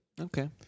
Okay